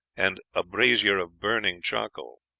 and a brazier of burning charcoal.